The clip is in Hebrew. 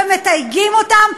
ומתייגים אותם,